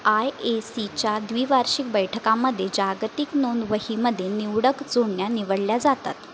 I A सीच्या द्विवार्षिक बैठकांमध्ये जागतिक नोंदवहीमध्ये निवडक जोडण्या निवडल्या जातात